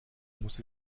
muss